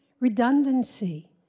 redundancy